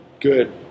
good